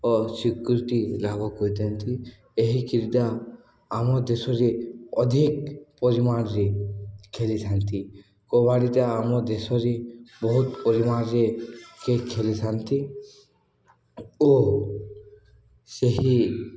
ଅସ୍ୱୀକୃତି ଲାଭ କରିଥାନ୍ତି ଏହି କ୍ରୀଡ଼ା ଆମ ଦେଶରେ ଅଧିକ ପରିମାଣରେ ଖେଳିଥାନ୍ତି କବାଡ଼ିଟା ଆମ ଦେଶରେ ବହୁତ ପରିମାଣରେ କେ ଖେଳିଥାନ୍ତି ଓ ସେହି